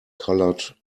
colored